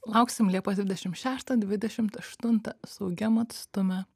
lauksim liepos dvidešim šeštą dvidešimt aštuntą saugiam atstume